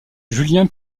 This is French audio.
julien